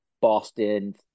Boston